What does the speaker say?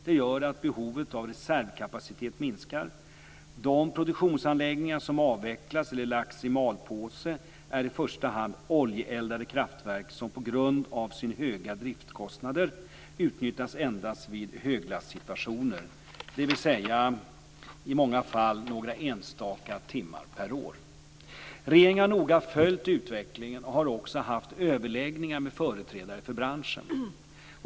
Det gör att behovet av reservkapacitet minskar. De produktionsanläggningar som avvecklats eller lagts i malpåse är i första hand oljeeldade kraftverk som på grund av sina höga driftskostnader utnyttjats endast vid höglastsituationer, dvs. i många fall några enstaka timmar per år. Regeringen har noga följt utvecklingen och har också haft överläggningar med företrädare för branschen.